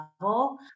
level